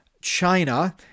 China